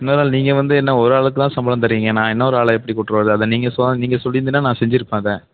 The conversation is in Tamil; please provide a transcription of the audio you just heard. இன்னொரு ஆள் நீங்கள் வந்து என்ன ஒரு ஆளுக்குதான் சம்பளம் தருவீங்க நான் இன்னொரு ஆளை எப்படி கூப்பிட்டு வர்றது அதை நீங்கள் நீங்கள் சொல்லிருந்தீங்னா நான் செஞ்சுருப்பேன் அதை